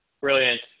Brilliant